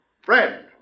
friend